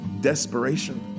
desperation